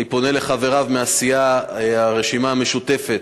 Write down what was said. אני פונה לחבריו מהסיעה, הרשימה המשותפת,